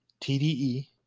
TDE